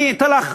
אני אתן לך,